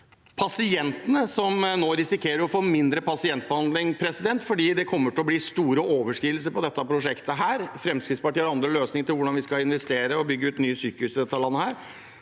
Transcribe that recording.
pasientene, som nå risikerer å få mindre behandling fordi det kommer til å bli store overskridelser på dette prosjektet. Fremskrittspartiet har andre løsninger for hvordan vi skal investere og bygge ut nye sykehus i dette landet.